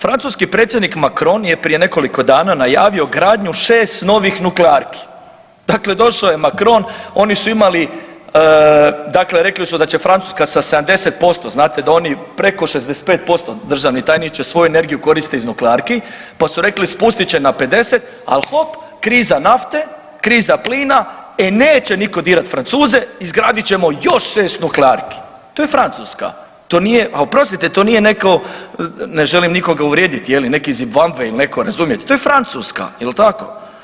Francuski predsjednik Macron je prije nekoliko dana najavio gradnju 6 novih nuklearki, dakle došao je Macron, oni su imali, dakle rekli su da će Francuska sa 70%, znate da oni preko 65% državni tajniče svoju energiju koriste iz nuklearki, pa su rekli spustit će na 50, al hop kriza nafte, kriza plina, e neće nitko dirat Francuze, izgradit ćemo još 6 nuklearki, to je Francuska, to nije, a oprostite to nije neko, ne želim nikoga uvrijediti je li, neki Zimbabve ili neko razumijete, to je Francuska jel tako.